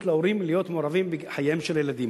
להורים להיות מעורבים בחייהם של הילדים?